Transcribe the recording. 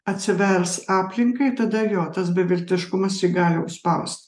atsivers aplinkai tada jo tas beviltiškumas jį gali užspaust